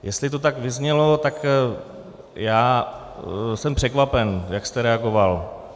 Jestli to tak vyznělo, tak já jsem překvapen, jak jste reagoval.